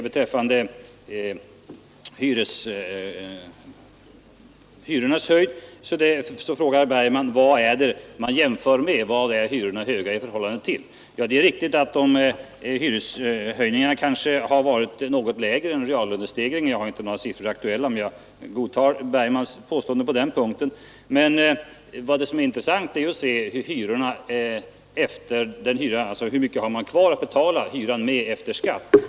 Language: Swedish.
Beträffande hyrornas höjd frågar herr Bergman: Vad är det man jämför med, vad är det som hyrorna är höga i förhållande till? Det är riktigt att hyreshöjningarna kanske har varit något lägre än reallönestegringen — jag har inte några siffror aktuella, men jag godtar herr Bergmans påstående på den punkten. Men vad som är intressant är att se hur mycket man har kvar att betala hyra med efter skatt.